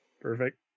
Perfect